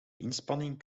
inspanning